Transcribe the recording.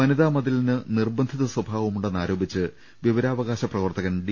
വനിതാമതിലിന് നിർബന്ധിത സ്വഭാവമുണ്ടെന്നാരോപിച്ച് വിവരാ വകാശ പ്രവർത്തകൻ ഡി